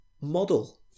model